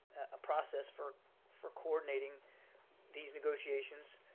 a process for for coordinating these negotiations.